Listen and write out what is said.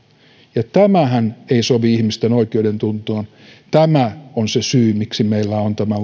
ja tämähän ei sovi ihmisten oikeudentuntoon tämä on se syy miksi meillä on tämä